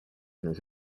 neis